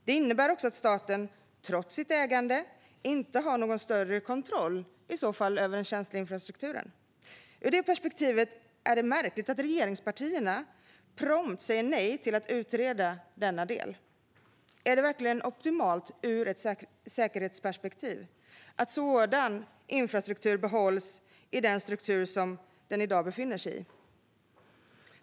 Det innebär också att staten, trots sitt ägande, inte har någon större kontroll över den känsliga infrastrukturen. Ur det perspektivet är det märkligt att regeringspartierna prompt säger nej till att utreda denna del. Är det verkligen optimalt ur ett säkerhetsperspektiv att sådan infrastruktur behålls i den struktur som den i dag befinner sig i?